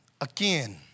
again